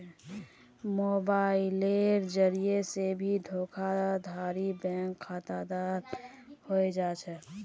मोबाइलेर जरिये से भी धोखाधडी बैंक खातात हय जा छे